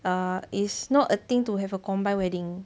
err it's not a thing to have a combined wedding